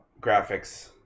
graphics